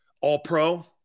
All-Pro